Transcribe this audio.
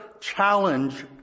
challenge